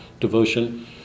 devotion